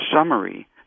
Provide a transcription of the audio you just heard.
summary